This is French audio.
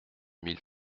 mille